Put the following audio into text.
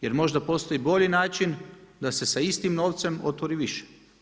Jer možda postoji bolji način da se sa istim novcem otvori više.